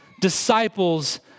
disciples